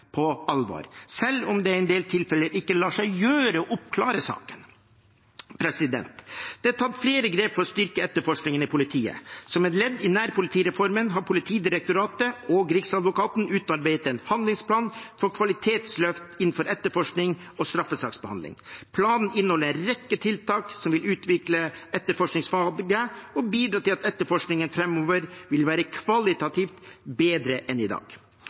på alvor, selv om det i en del tilfeller ikke lar seg gjøre å oppklare saken. Det er tatt flere grep for å styrke etterforskningen i politiet. Som et ledd i nærpolitireformen har Politidirektoratet og Riksadvokaten utarbeidet en handlingsplan for kvalitetsløft innenfor etterforskning og straffesaksbehandling. Planen inneholder en rekke tiltak som vil utvikle etterforskningsfaget og bidra til at etterforskningen framover vil være kvalitativt bedre enn i dag.